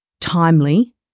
timely